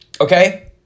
Okay